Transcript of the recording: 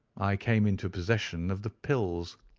i came into possession of the pills,